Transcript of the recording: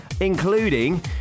including